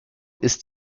ist